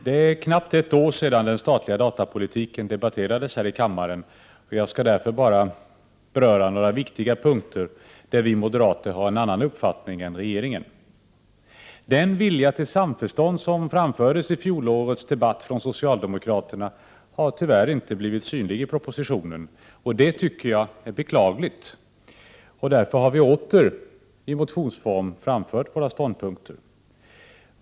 Herr talman! Det är knappt ett år sedan den statliga datapolitiken debatterades här i kammaren, och jag skall därför bara beröra några viktiga punkter där vi moderater har en annan uppfattning än regeringen. Den vilja till samförstånd som socialdemokraterna framförde i fjolårets debatt har inte blivit synlig i propositionen. Det tycker jag är beklagligt. Därför har vi åter framfört våra ståndpunkter.